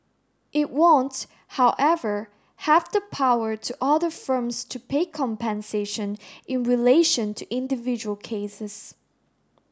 it won't however have the power to order firms to pay compensation in relation to individual cases